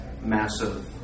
massive